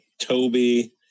toby